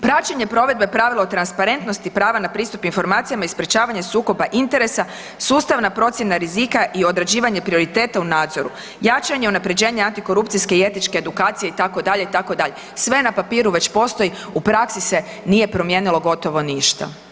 Praćenje provedbe pravila u transparentnosti prava na pristup informacijama i sprečavanje sukoba interesa, sustavna procjena rizika i određivanje prioriteta u nadzoru, jačanje unapređenja antikorupcijske i etičke edukacije itd., itd. sve na papiru već postoji u praksi se nije promijenilo gotovo ništa.